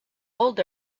old